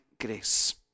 Grace